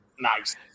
Nice